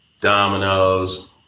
dominoes